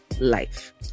life